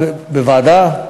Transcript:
בוועדה?